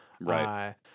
Right